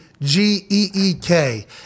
G-E-E-K